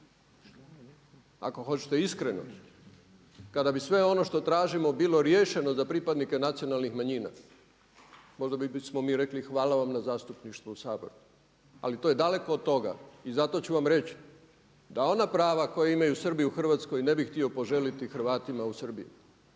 Ako hoćete iskreno, kada bi sve ono što tražimo bilo riješeno za pripadnike nacionalnih manjina, možda bismo mi rekli hvala vam na zastupništvo u Saboru, ali to je daleko od toga. I zato ću vam reći da ona prava koja imaju Srbi u Hrvatskoj ne bih htio poželjeti Hrvatima u Srbiji.